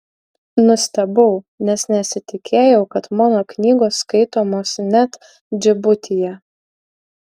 nustebau nes nesitikėjau kad mano knygos skaitomos net džibutyje